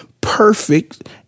perfect